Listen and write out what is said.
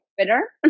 Twitter